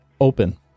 open